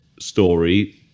story